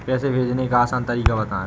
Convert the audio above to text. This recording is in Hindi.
पैसे भेजने का आसान तरीका बताए?